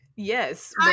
Yes